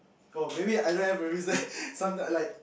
oh maybe I don't have a reason sometimes like